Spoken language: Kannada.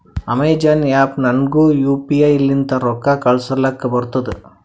ಅಮೆಜಾನ್ ಆ್ಯಪ್ ನಾಗ್ನು ಯು ಪಿ ಐ ಲಿಂತ ರೊಕ್ಕಾ ಕಳೂಸಲಕ್ ಬರ್ತುದ್